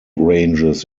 ranges